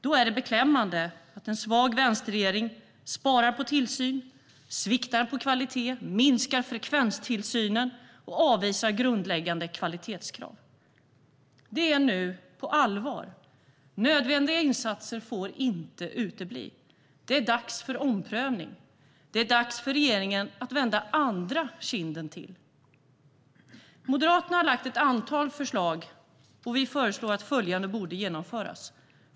Då är det beklämmande att en svag vänsterregering sparar på tillsyn, sviktar om kvaliteten, minskar frekvenstillsynen och avvisar grundläggande kvalitetskrav. Det är allvar nu. Nödvändiga insatser får inte utebli. Det är dags för omprövning. Det är dags för regeringen att vända andra kinden till. Moderaterna har lagt fram ett antal förslag som vi menar borde genomföras.